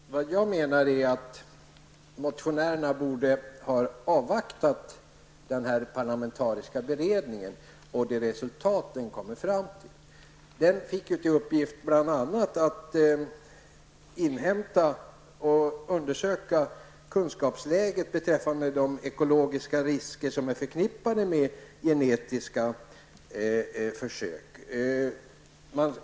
Herr talman! Det jag menar är att motionärerna borde ha avvaktat den parlamentariska beredningen och det resultat den kommer fram till. Den fick bl.a. till uppgift att inhämta och undersöka kunskapsläget beträffande de ekologiska risker som är förknippade med genetiska försök.